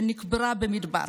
שנקברה במדבר,